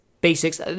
basics